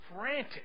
frantic